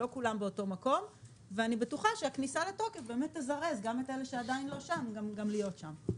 אני בטוחה שהכניסה לתוקף תזרז גם את אלה שעדיין לא שם להיות שם.